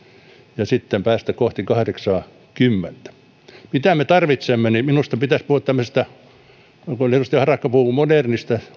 ja sitten päästä kohti kahdeksaakymmentä mitä me tarvitsemme minusta pitäisi puhua tämmöisestä niin kuin kuulin edustaja harakan puhuvan modernista